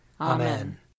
Amen